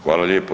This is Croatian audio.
Hvala lijepo.